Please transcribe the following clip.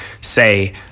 say